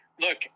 look